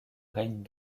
règne